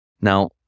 Now